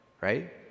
right